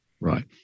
right